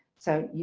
so you,